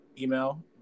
email